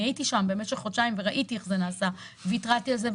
אני הייתי שם במשך חודשיים וראיתי איך זה נעשה והתרעתי על זה,